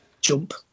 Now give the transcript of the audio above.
jump